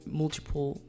multiple